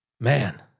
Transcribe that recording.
man